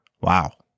wow